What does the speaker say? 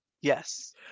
Yes